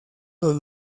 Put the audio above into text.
los